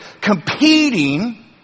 competing